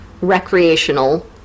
recreational